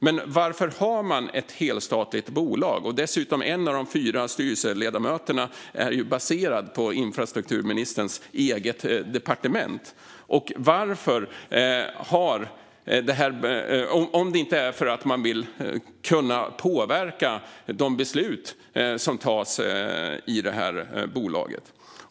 Men varför har man ett helstatligt bolag, där dessutom en av de fyra styrelseledamöterna är baserad på infrastrukturministerns eget departement, om det inte är för att man vill kunna påverka de beslut som tas i det här bolaget?